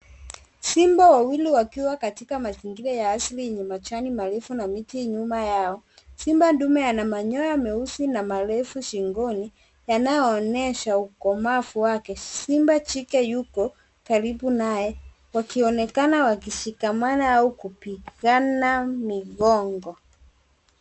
Simba wawili wakiwa katika mazingira ya asili yenye majani marefu na miti nyuma yao. Simba ndume ana manyoya meusi na marefu shingoni yanayoonesha ukomavu wake. Simba chike yupo karibu naye wakionekana wakishikamana au kupigana migongo.